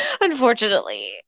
unfortunately